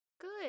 Good